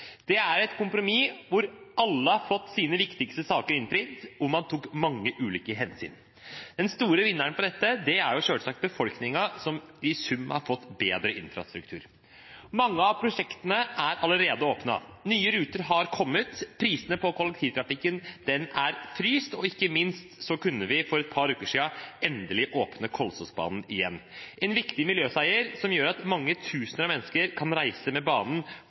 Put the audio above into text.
Det er et kompromiss hvor alle har fått sine viktigste saker innfridd, og hvor man tok mange ulike hensyn. Den store vinneren her er selvsagt befolkningen, som i sum har fått bedre infrastruktur. Mange av prosjektene er allerede åpnet. Nye ruter har kommet, prisene på kollektivtrafikken er fryst, og ikke minst kunne vi for et par uker siden endelig åpne Kolsåsbanen igjen – en viktig miljøseier som gjør at mange tusener av mennesker kan reise med banen